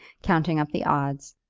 counting up the odds,